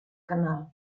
canal